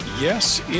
Yes